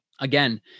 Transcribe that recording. again